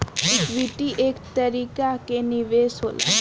equity एक तरीका के निवेश होला